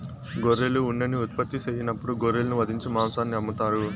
గొర్రెలు ఉన్నిని ఉత్పత్తి సెయ్యనప్పుడు గొర్రెలను వధించి మాంసాన్ని అమ్ముతారు